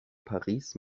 paris